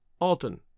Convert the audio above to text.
Alton